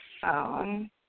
phone